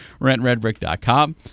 Rentredbrick.com